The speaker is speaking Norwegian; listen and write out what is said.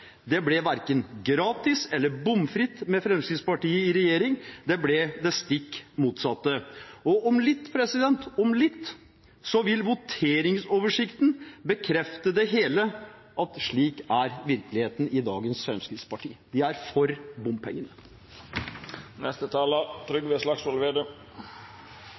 Det ble verken gratis eller bomfritt med Fremskrittspartiet i regjering. Det ble det stikk motsatte. Og om litt – om litt – vil voteringsoversikten bekrefte det hele, at slik er virkeligheten i dagens Fremskrittsparti. De er for